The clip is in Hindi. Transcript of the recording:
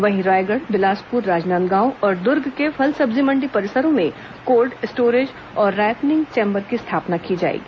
वहीं रायगढ़ बिलासपुर राजनादगांव और दुर्ग को ्फल सब्जी मण्डी परिसरों में कोल्ड स्टोरेज और रायपनिंग चेम्बर की स्थापना की जाएगी